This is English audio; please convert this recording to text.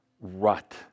rut